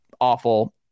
awful